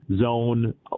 zone